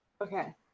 Okay